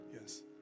yes